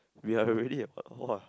we are already at !wah!